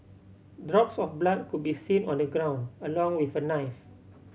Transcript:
drops of blood could be seen on the ground along with a knife